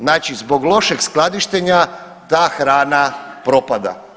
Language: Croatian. Znači, zbog lošeg skladištenja ta hrana propada.